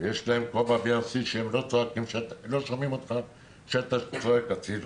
ויש להם כובע VRC כך שהם לא שומעים אותך כשאתה צועק הצילו.